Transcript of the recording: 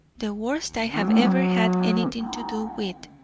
the worst i have ever had anything to do with.